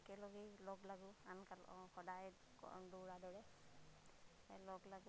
একেলগেই লগ লাগো আন সদায় দৌৰাৰ দৰে লগ লাগো